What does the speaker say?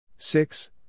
Six